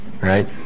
right